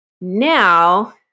Now